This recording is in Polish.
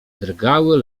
drgały